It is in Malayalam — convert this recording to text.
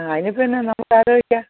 ആ അതിന് ഇപ്പം എന്നാ നമുക്ക് ആലോചിക്കാം